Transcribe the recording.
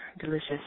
Delicious